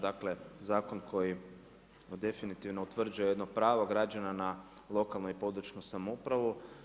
Dakle, zakon koji definitivno utvrđuje jedno pravo građana na lokalnu i područnu samoupravu.